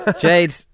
Jade